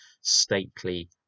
stately